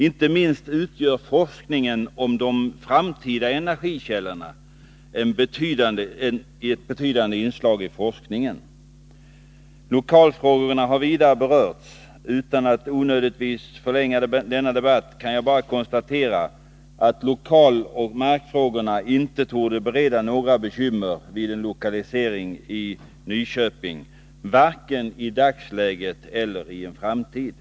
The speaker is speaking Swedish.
Inte minst forskningen om de framtida energikällorna utgör ett betydande inslag. Lokalfrågorna har också berörts. För att inte onödigtvis förlänga denna debatt, kan jag bara konstatera att lokaloch markfrågorna inte torde bereda några bekymmer vid en lokalisering till Nyköping, varken i dagsläget eller i en framtid.